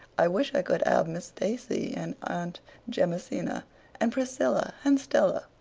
i wish i could have miss stacey and aunt jamesina and priscilla and stella.